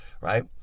right